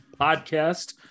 Podcast